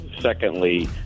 Secondly